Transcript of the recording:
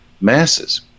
masses